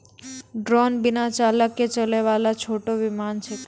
drone बिना चालक के चलै वाला छोटो विमान छेकै